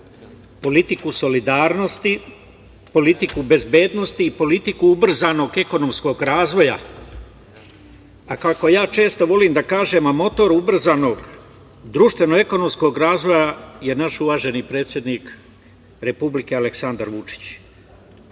politiku solidarnosti, politiku bezbednosti i politiku ubrzanog ekonomskog razvoja, a kako ja često volim da kažem, a motor ubrzanog društveno-ekonomskog razvoja je naš uvaženi predsednik Republike Aleksandar